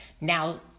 Now